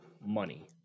money